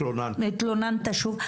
והתלוננת שוב?